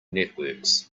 networks